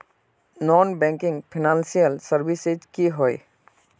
Non banking financial services की होय?